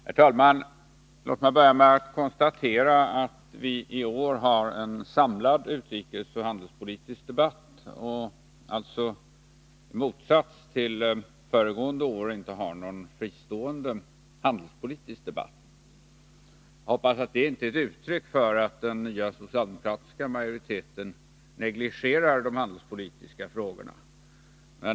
Herr talman! Låt mig börja med att konstatera att vi i år har en samlad utrikesoch handelspolitisk debatt och alltså i motsats till föregående år inte har någon fristående handelspolitisk debatt. Jag hoppas att det inte är ett uttryck för att den nya socialdemokratiska majoriteten negligerar de handelspolitiska frågorna.